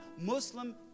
Muslim